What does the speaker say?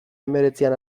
hemeretzian